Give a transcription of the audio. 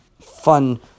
fun